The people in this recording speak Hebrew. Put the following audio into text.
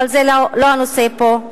אבל זה לא הנושא פה.